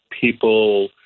people